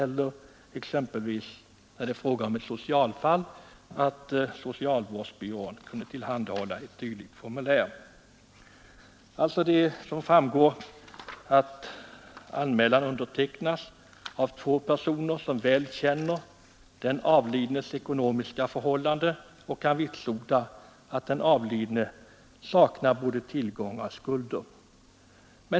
När det är fråga om ett socialfall kunde socialvårdsbyrån tillhandahålla ett dylikt formulär. Som framgår undertecknas anmälan av två personer som väl känner den avlidnes ekonomiska förhållande och kan vitsorda att den avlidne saknar både tillgångar och skulder.